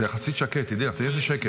זה יחסית שקט, תדעי לך, תראי איזה שקט.